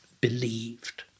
believed